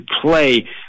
play